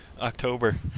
October